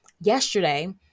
yesterday